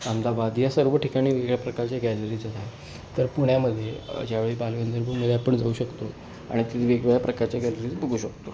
अहमदाबाद या सर्व ठिकाणी वेगवेगळ्या प्रकारच्या गॅलरीज् तर पुण्यामध्ये ज्यावेळी बालगंधर्वमध्ये आपण जाऊ शकतो आणि तिथं वेगवेगळ्या प्रकारच्या गॅलरीज् बघू शकतो